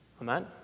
Amen